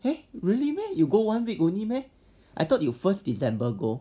eh really meh you go one week only meh I thought you first december go